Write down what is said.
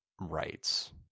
rights